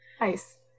Nice